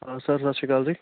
ਹਾਂ ਸਰ ਸਤਿ ਸ਼੍ਰੀ ਅਕਾਲ ਜੀ